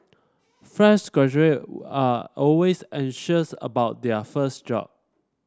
fresh graduate are always anxious about their first job